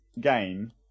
game